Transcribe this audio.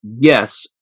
Yes